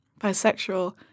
bisexual